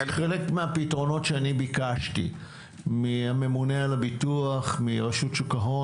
חלק מהפתרונות שביקשתי מרשות שוק ההון